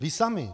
Vy sami!